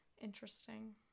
interesting